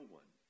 one